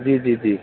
जी जी